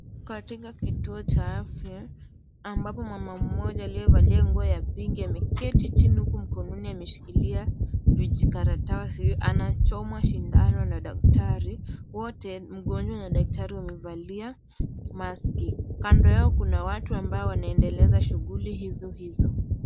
Katika kituo cha afya ambapo mama mmoja aliyevalia nguo ya pink ameketi chini huku mkononi ameshikilia vijikaratasi, anachomwa sindano na daktari. Wote mgonjwa na daktari wamevalia maski. Kando yako kuna watu ambao wanaendeleza shughuli hizo hizo.